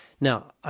Now